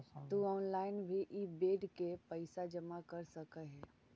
तु ऑनलाइन भी इ बेड के पइसा जमा कर सकऽ हे